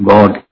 God